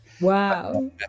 Wow